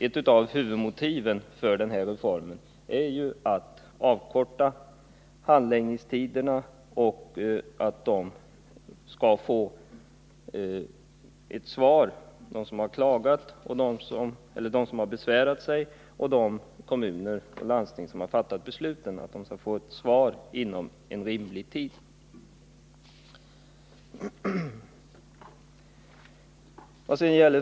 Ett av huvudmotiven för denna reform är ju att avkorta handläggningstiderna och att de kommuner och landsting som har fattat besluten och som har besvärat sig skall få svar inom rimlig tid.